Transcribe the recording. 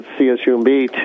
CSUMB